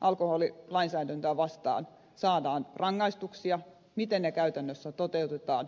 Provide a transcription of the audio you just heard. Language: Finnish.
alkoholilainsäädäntöä vastaan saadaan rangaistuksia miten ne käytännössä toteutetaan